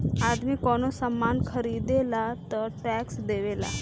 आदमी कवनो सामान ख़रीदेला तऽ टैक्स देवेला